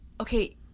Okay